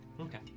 Okay